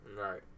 right